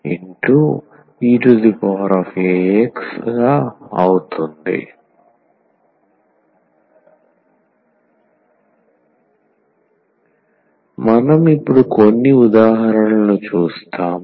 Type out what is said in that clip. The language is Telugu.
eax మనం ఇప్పుడు కొన్ని ఉదాహరణలను చూస్తాము